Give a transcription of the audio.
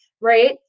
right